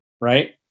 Right